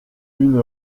une